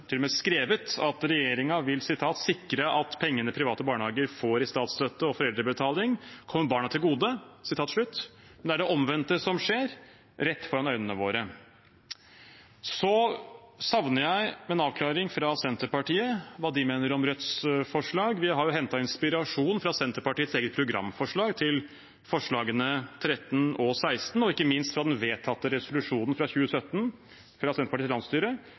vil «sikre at pengene private barnehager får i statsstøtte og foreldrebetaling kommer barna til gode.» Det er det omvendte som skjer rett foran øynene våre. Så savner jeg en avklaring fra Senterpartiet om hva de mener om Rødts forslag. Vi har jo hentet inspirasjon fra Senterpartiets eget programforslag, til forslagene nr. 13 og 16 og ikke minst fra den vedtatte resolusjonen fra 2017 fra Senterpartiets landsstyre.